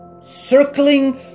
circling